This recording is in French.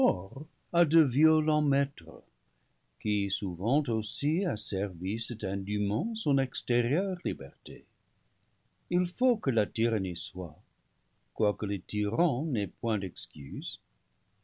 à de violents maîtres qui souvent aussi asservissent indûment son extérieure liberté il faut que la tyrannie soit quoique le tyran n'ait point d'excuse